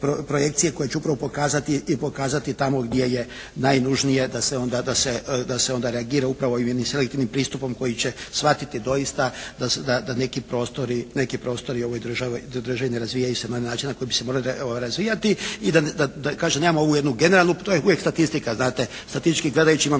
projekcije koje će upravo pokazati i pokazati tamo gdje je najnužnije da se onda reagira upravo jednim selektivnim pristupom koji će shvatiti doista da neki prostori u ovoj državi ne razvijaju se na onaj način na koji bi se morali razvijati i da kažem nemamo ovu jednu generalnu, to je uvijek statistika znate, statistički gledajući imamo